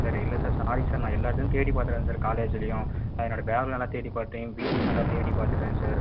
sir இல்லை sir sorry sir நான் எல்லா இடத்துலையும் தேடி பார்த்துட்டேன் சார் காலேஜ்லேயும் என்னோடய பேக்கில் நல்லா தேடி பார்த்தேன் வீட்லேயும் நல்லா தேடி பார்த்துட்டேன் சார்